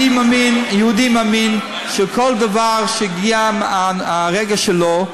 אני מאמין, יהודי מאמין שכל דבר שהגיע הרגע שלו,